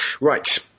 right